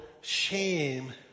shame